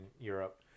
Europe